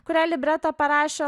kuriai libretą parašė